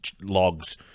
logs